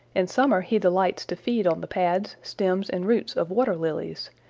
in summer he delights to feed on the pads, stems and roots of water lilies,